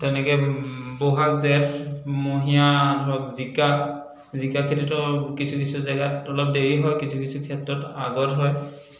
তেনেকে ব'হাগ জেঠমহীয়া ধৰক জিকা জিকা খেতিটো কিছু কিছু জাগাত অলপ দেৰি হয় কিছু কিছু ক্ষেত্ৰত আগত হয়